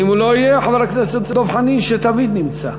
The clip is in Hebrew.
אם הוא לא יהיה, חבר הכנסת דב חנין, שתמיד נמצא.